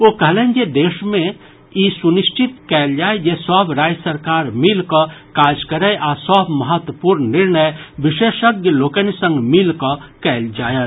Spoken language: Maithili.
ओ कहलनि जे देश ई सुनिश्चित कयलक अछि जे सभ राज्य सरकार मिलि कऽ काज करय आ सभ महत्वपूर्ण निर्णय विशेषज्ञ लोकनि संग मिलि कऽ कयल जायत